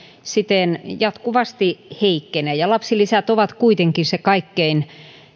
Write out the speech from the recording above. siten jatkuvasti heikkenee ja lapsilisät ovat kuitenkin se kaikkein